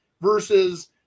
Versus